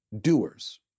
doers